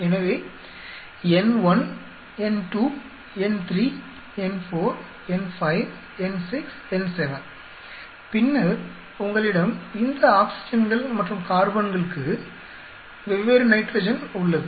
எனவே N1 N2 N3 N4 N5 N6 N7 பின்னர் உங்களிடம் இந்த ஆக்ஸிஜன்கள் மற்றும் கார்பன்களுக்கு வெவ்வேறு நைட்ரஜன் உள்ளது